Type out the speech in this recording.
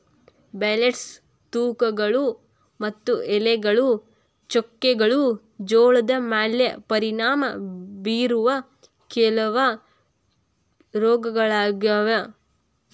blights, ತುಕ್ಕುಗಳು ಮತ್ತು ಎಲೆಗಳ ಚುಕ್ಕೆಗಳು ಜೋಳದ ಮ್ಯಾಲೆ ಪರಿಣಾಮ ಬೇರೋ ಕೆಲವ ರೋಗಗಳಾಗ್ಯಾವ